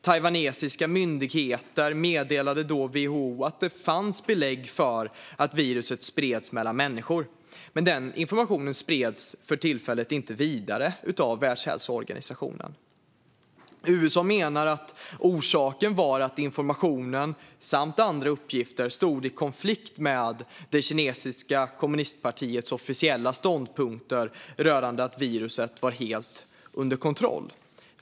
Taiwanesiska myndigheter meddelade då WHO att det fanns belägg för att viruset spreds mellan människor. Men den informationen spreds vid det tillfället inte vidare av Världshälsoorganisationen. USA menar att orsaken var att informationen samt andra uppgifter stod i konflikt med det kinesiska kommunistpartiets officiella ståndpunkter rörande att viruset var helt under kontroll.